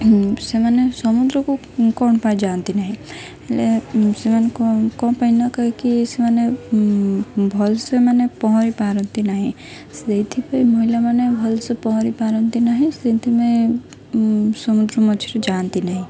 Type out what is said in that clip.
ସେମାନେ ସମୁଦ୍ରକୁ କ'ଣ ପାଇଁ ଯାଆନ୍ତି ନାହିଁ ହେଲେ ସେମାନେ କ କ'ଣ ପାଇଁ ନା କାହିଁକି ସେମାନେ ଭଲସେ ସେମାନେ ପହଁରି ପାରନ୍ତି ନାହିଁ ସେଇଥିପାଇଁ ମହିଳାମାନେ ଭଲସେ ପହଁରି ପାରନ୍ତି ନାହିଁ ସେଥିପାଇଁ ସମୁଦ୍ର ମଝିରେ ଯାଆନ୍ତି ନାହିଁ